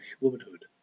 womanhood